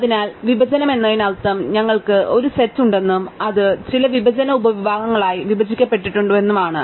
അതിനാൽ വിഭജനം എന്നതിനർത്ഥം ഞങ്ങൾക്ക് ഒരു സെറ്റ് ഉണ്ടെന്നും അത് ചില വിഭജന ഉപവിഭാഗങ്ങളായി വിഭജിക്കപ്പെട്ടുവെന്നും ആണ്